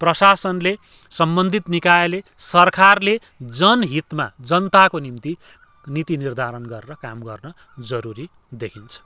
प्रशासनले सम्बन्धित निकायले सरकारले जनहितमा जनताको निम्ति नीति निर्धारण गरेर काम गर्न जरूरी देखिन्छ